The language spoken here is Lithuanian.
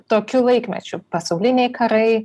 tokiu laikmečiu pasauliniai karai